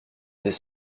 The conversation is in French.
des